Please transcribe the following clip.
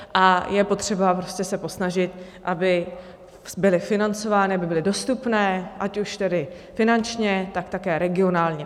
A je potřeba se prostě snažit, aby byly financovány, aby byly dostupné, ať už tedy finančně, tak také regionálně.